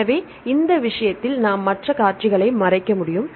எனவே இந்த விஷயத்தில் நாம் மற்ற காட்சிகளை மறைக்க முடியும்